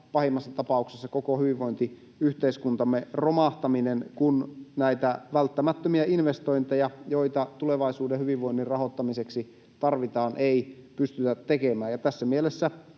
pahimmassa tapauksessa koko hyvinvointiyhteiskuntamme romahtaminen, kun näitä välttämättömiä investointeja, joita tulevaisuuden hyvinvoinnin rahoittamiseksi tarvitaan, ei pystytä tekemään. Ja tässä mielessä